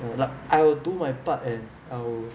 what I'll do my part and I'll